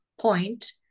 point